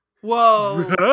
whoa